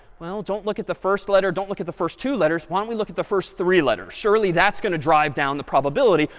well, don't look at the first letter, don't look at the first two letters. why don't we look at the first three letters. surely, that's going to drive down the probability.